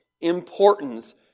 importance